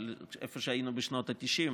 איפה שהיינו בשנות התשעים,